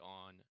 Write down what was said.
on